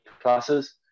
classes